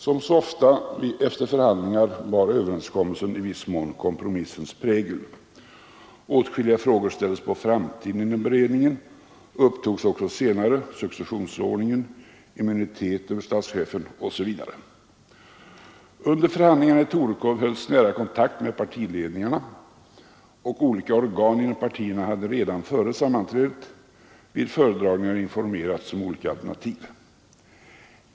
Som så ofta efter förhandlingar bar överenskommelsen i viss mån kompromissens prägel. Åtskilliga frågor ställdes på framtiden inom beredningen och upptogs också senare, successionsordningen, immuniteten för statschefen osv. Under förhandlingarna i Torekov hölls nära kontakt med partiledningarna, och olika organ inom partierna hade redan före sammanträdet i föredragningar informerats om olika alternativ.